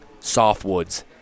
softwoods